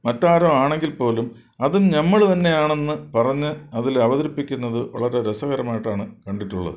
മറ്റാരോ ആണെങ്കിൽ പോലും അതും ഞമ്മള് തന്നെയാണെന്നു പറഞ്ഞ് അതിൽ അവതരിപ്പിക്കുന്നതു വളരെ രസകരമായിട്ടാണ് കണ്ടിട്ടുള്ളത്